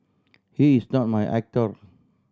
he is not my actor